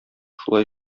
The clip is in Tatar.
шулай